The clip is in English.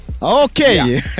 Okay